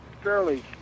fairly